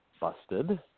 busted